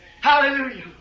Hallelujah